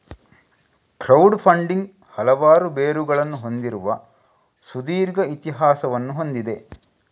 crowd funding ಹಲವಾರು ಬೇರುಗಳನ್ನು ಹೊಂದಿರುವ ಸುದೀರ್ಘ ಇತಿಹಾಸವನ್ನು ಹೊಂದಿದೆ